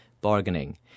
bargaining